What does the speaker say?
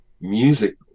music